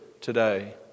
today